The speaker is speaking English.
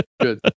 good